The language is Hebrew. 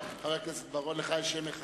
חברת הכנסת בלילא, אני קורא לך פעם שנייה.